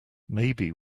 maybe